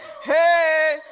hey